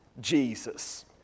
Jesus